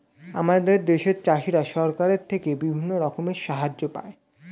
আমাদের দেশের চাষিরা সরকারের থেকে বিভিন্ন রকমের সাহায্য পায়